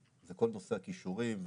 זה כל נושא הכישורים.